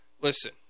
listen